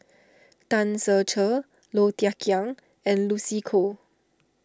Tan Ser Cher Low Thia Khiang and Lucy Koh